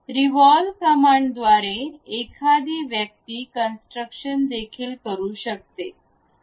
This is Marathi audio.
रिव्हॉल्व कमांडद्वारे एखादी व्यक्ती कंस्ट्रक्शन देखील करू शकते